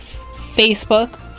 Facebook